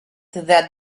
that